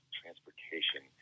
transportation